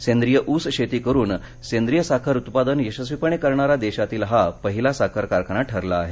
सेद्रिय ऊस शेती करून सेद्रिंय साखर उत्पादन यशस्वीपणे करणारा देशातील हा पहिला साखर कारखाना ठरला आहे